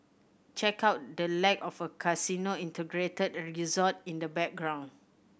check out the lack of a casino integrated resort in the background